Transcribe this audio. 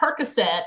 Percocet